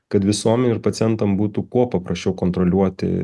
kad visuomenei ir pacientam būtų kuo paprasčiau kontroliuoti